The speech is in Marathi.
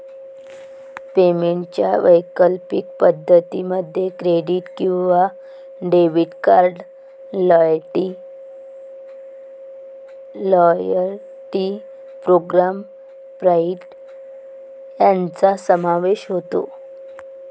पेमेंटच्या वैकल्पिक पद्धतीं मध्ये क्रेडिट किंवा debit card, loyalty programme point यांचा समावेश होतो